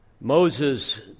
Moses